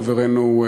חברנו,